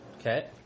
Okay